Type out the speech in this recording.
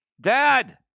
Dad